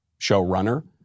showrunner